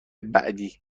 بعدی